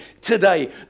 today